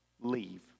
Leave